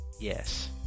yes